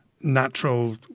natural